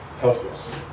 helpless